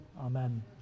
Amen